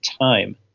time